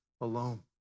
alone